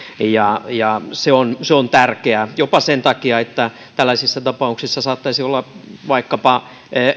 ja ja se on se on tärkeää jopa sen takia että tällaisissa tapauksissa saattaisi olla vaikkapa